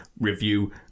review